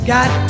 Got